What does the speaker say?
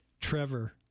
Trevor